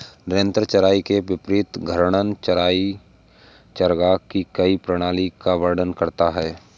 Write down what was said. निरंतर चराई के विपरीत घूर्णन चराई चरागाह की कई प्रणालियों का वर्णन करता है